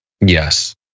Yes